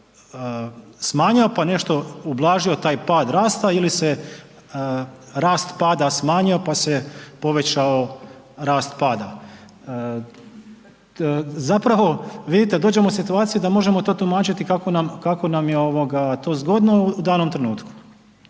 rast smanjio pa nešto ublažio taj pad rasta ili se rast pada smanjio pa se povećao rast pada. Zapravo vidite dođemo u situaciju da možemo to tumačiti kako nam je to zgodno u danom trenutku.